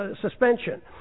suspension